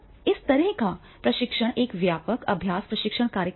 इस तरह का प्रशिक्षण एक व्यापक अभ्यास प्रशिक्षण कार्यक्रम है